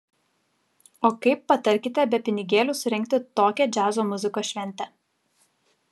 o kaip patarkite be pinigėlių surengti tokią džiazo muzikos šventę